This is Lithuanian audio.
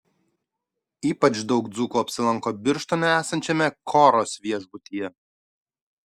ypač daug dzūkų apsilanko birštone esančiame koros viešbutyje